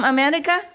America